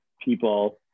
people